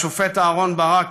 השופט אהרן ברק,